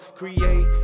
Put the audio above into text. create